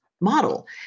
model